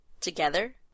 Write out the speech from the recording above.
Together